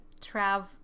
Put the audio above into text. Trav